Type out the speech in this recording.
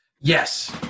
Yes